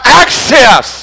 access